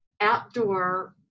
outdoor